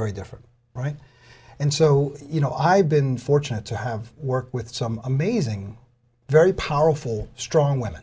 very different right and so you know i've been fortunate to have worked with some amazing very powerful strong women